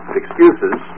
excuses